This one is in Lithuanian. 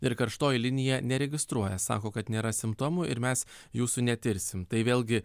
ir karštoji linija neregistruoja sako kad nėra simptomų ir mes jūsų netirsim tai vėlgi